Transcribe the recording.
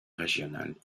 régionales